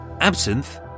Absinthe